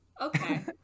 Okay